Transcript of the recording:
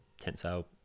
tensile